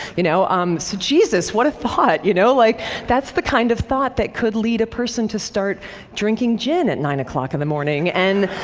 you know um so jesus, what a thought! you know like that's the kind of thought that could lead a person to start drinking gin at nine o'clock in the morning, and